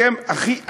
אתם הכי אנטי.